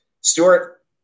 Stewart